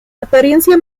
apariencia